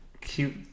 cute